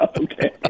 okay